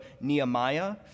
Nehemiah